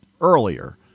earlier